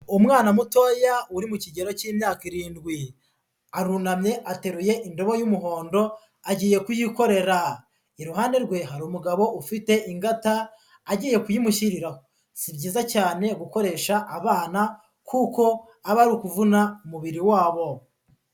Umwana mutoya uri mu kigero cy'imyaka irindwi, arunamye ateruye indobo y'umuhondo agiye kuyikorera, iruhande rwe hari umugabo ufite ingata agiye kuyimushyiriraho, si byiza cyane gukoresha abana kuko aba ari ukuvuna umubiri wabo.